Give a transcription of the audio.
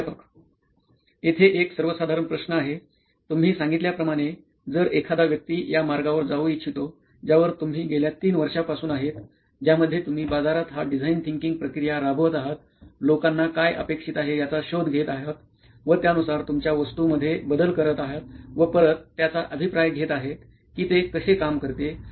प्राध्यापक येथे एक सर्वसाधारण प्रश्न आहे तुम्ही सांगितल्या प्रमाणे जर एखादा व्यक्ती या मार्गावर जाऊ इच्छितो ज्यावर तुम्ही गेल्या ३ वर्षांपासून आहेत ज्यामध्ये तुम्ही बाजारात हा डिझाईन थिंकींग प्रक्रिया राबवत आहात लोकांना काय अपेक्षित आहे याचा शोध घेत आहेत व त्यानुसार तुमच्या वास्तूमधेय बदल करत आहेत व परत त्याचा अभिप्राय घेत आहेत कि ते कसे काम करते